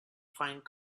find